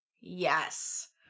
Yes